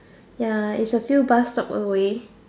ya is a few bus stops away